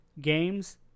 games